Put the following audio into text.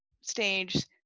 stage